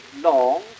long